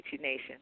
Nation